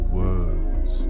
words